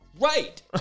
Right